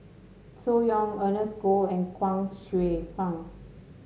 Zhu Hong Ernest Goh and Chuang Hsueh Fang